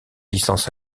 licences